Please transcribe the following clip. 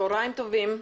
צהריים טובים.